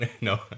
No